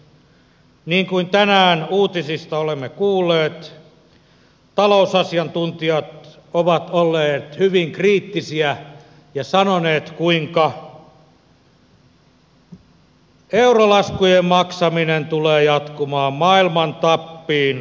niin kuin tänään uutisista olemme kuulleet talousasiantuntijat ovat olleet hyvin kriittisiä ja sanoneet kuinka eurolaskujen maksaminen tulee jatkumaan maailman tappiin asti